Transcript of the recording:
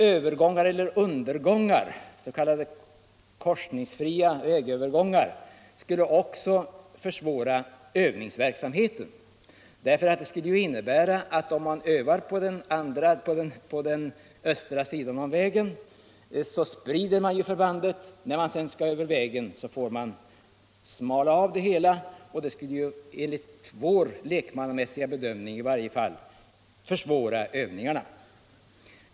Övergångar eller undergångar, s.k. korsningsfria övergångar, skulle också försvåra övningsverksamheten. Om man övar på den östra sidan av vägen, sprider man förbandet. När man sedan skall ta sig över vägen får man smala av det hela, och det skulle enligt vår lekmannamässiga bedömning försvåra övningarna.